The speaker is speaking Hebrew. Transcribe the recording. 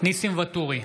ניסים ואטורי,